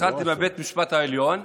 התחלתי בבית המשפט העליון,